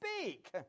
speak